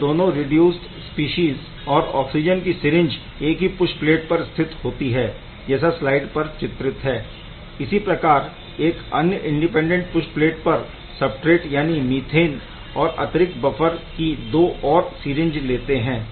यह दोनों reduced species और ऑक्सिजन की सिरिंज एक ही पुश प्लेट पर स्थित होती है जैसा स्लाइड पर चित्रित है इसी प्रकार एक अन्य इंडिपेनडेंट पुश प्लेट पर सबस्ट्रेट यानि मीथेन और अतिरिक्त बफर की दो और सिरिंज होती है